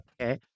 Okay